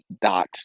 dot